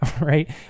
right